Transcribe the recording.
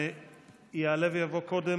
יעלה ויבוא קודם